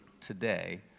today